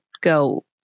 go